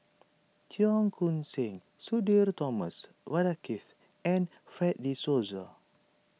Cheong Koon Seng Sudhir Thomas Vadaketh and Fred De Souza